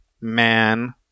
man